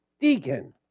deacon